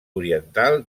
oriental